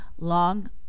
long